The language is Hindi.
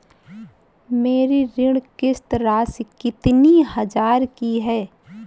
मेरी ऋण किश्त राशि कितनी हजार की है?